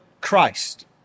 Christ